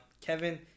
Kevin